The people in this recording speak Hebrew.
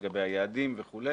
לגבי היעדים וכולי.